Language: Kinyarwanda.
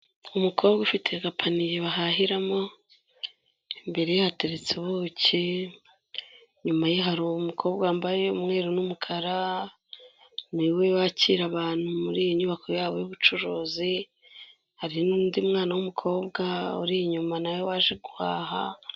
Umukobwa ufite agapaniye bahahiramo, imbere ye hateretse ubuki, inyuma ye hari umukobwa wambaye umweru n'umukara, niwe wakira abantu muri iyi nyubako yabo y'ubucuruzi, hari n'undi mwana w'umukobwa uri inyuma nawe waje guhaha.